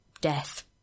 death